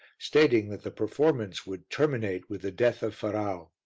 stating that the performance would terminate with the death of ferrau.